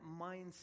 mindset